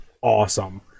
awesome